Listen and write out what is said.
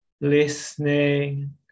listening